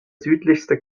südlichste